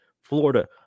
Florida